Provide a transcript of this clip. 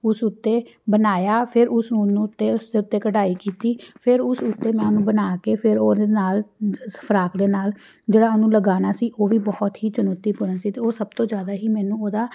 ਉਸ ਉੱਤੇ ਬਣਾਇਆ ਫਿਰ ਉਸ ਨੂੰ ਉੱਤੇ ਉਸਦੇ ਉੱਤੇ ਕਢਾਈ ਕੀਤੀ ਫਿਰ ਉਸ ਉੱਤੇ ਮੈਂ ਉਹਨੂੰ ਬਣਾ ਕੇ ਫਿਰ ਉਹਦੇ ਨਾਲ ਫਰਾਕ ਦੇ ਨਾਲ ਜਿਹੜਾ ਉਹਨੂੰ ਲਗਾਉਣਾ ਸੀ ਉਹ ਵੀ ਬਹੁਤ ਹੀ ਚੁਣੌਤੀਪੂਰਨ ਸੀ ਅਤੇ ਉਹ ਸਭ ਤੋਂ ਜ਼ਿਆਦਾ ਹੀ ਮੈਨੂੰ ਉਹਦਾ